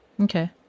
Okay